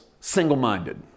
single-minded